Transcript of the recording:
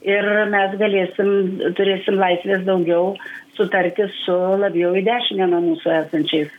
ir mes galėsim turėsim laisvės daugiau sutarti su labiau į dešinę nuo mūsų esančiais